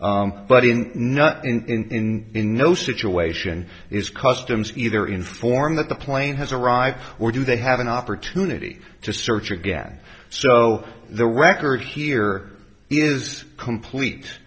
but in not in in no situation is customs either informed that the plane has arrived where do they have an opportunity to search again so the record here is complete